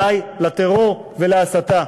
די לטרור ולהסתה.